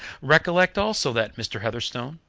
recollect also that mr. heatherstone,